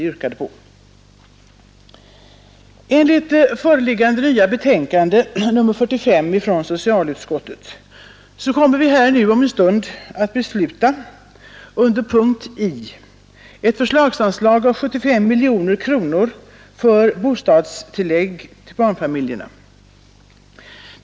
Enligt socialutskottets föreliggande betänkande nr 45 kommer vi här att om en stund under punkten I besluta om ett förslagsanslag på 75 miljoner kronor till bostadstillägg för barnfamiljer.